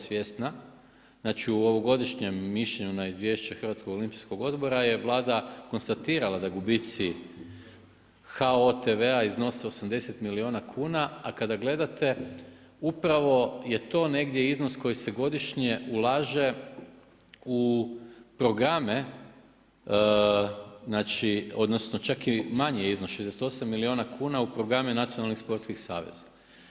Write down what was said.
svjesna, znači u ovogodišnjem mišljenju na izvješće HOO-a je Vlada konstatirala da gubici HOO TV iznose 80 milijuna kuna, a kada gledate upravo je to negdje iznos koji se godišnje ulaže u programe odnosno čak i manji iznos 68 milijuna kuna u programe nacionalnih sportskih saveza.